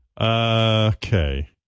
okay